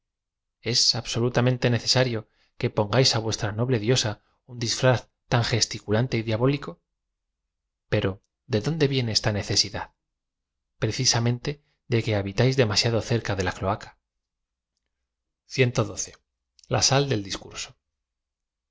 ea abeiolutamente necesario que pongáis á vuestra noble diosa un disfraz tan gesticulante y diabólico p ero de dónde viene esta necesidad precisam enie de que ha bitáis demasiado cerca de la cloaca la sal del discurso